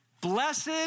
Blessed